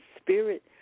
spirit